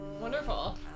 Wonderful